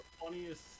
funniest